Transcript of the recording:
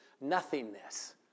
nothingness